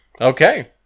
Okay